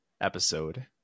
episode